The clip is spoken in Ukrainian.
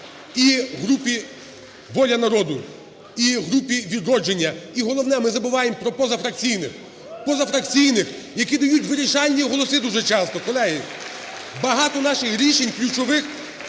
І групі "Воля народу", і групі "Відродження", і головне, ми забуваємо про позафракційних, позафракційних, які дають вирішальні голоси дуже часто. Колеги, багато наших рішень ключових